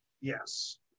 Yes